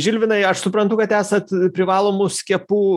žilvinai aš suprantu kad esat privalomų skiepų